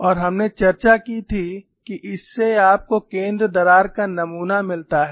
और हमने चर्चा की थी कि इससे आपको केंद्र दरार का नमूना मिलता है